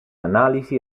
analisi